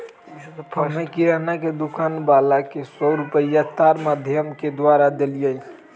हम्मे किराना के दुकान वाला के सौ रुपईया तार माधियम के द्वारा देलीयी